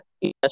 yes